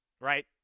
right